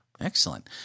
Excellent